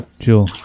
Sure